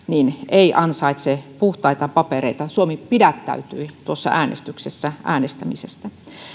ei ansaitse puhtaita papereita suomi pidättäytyi tuossa äänestyksessä äänestämisestä